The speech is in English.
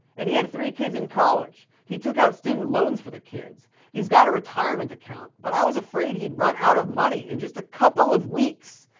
and he had three kids in college. he took out student loans for the kids. he's got a retirement account, but i was afraid he'd run out of money in just a couple of weeks.